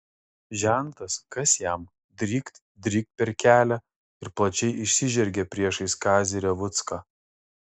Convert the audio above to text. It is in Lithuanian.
žentas kas jam drykt drykt per kelią ir plačiai išsižergė priešais kazį revucką